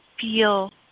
feel